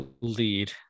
lead